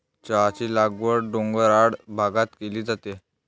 चहाची लागवड डोंगराळ भागात केली जाते